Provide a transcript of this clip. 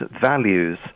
values